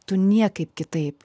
tu niekaip kitaip